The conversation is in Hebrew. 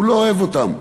הוא לא אוהב אותם.